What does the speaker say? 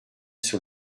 sur